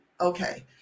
okay